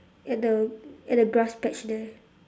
at the at the grass patch there